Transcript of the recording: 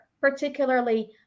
particularly